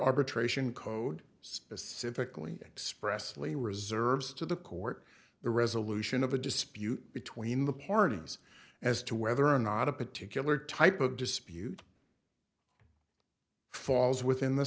arbitration code specifically expressly reserves to the court the resolution of a dispute between the parties as to whether or not a particular type of dispute falls within the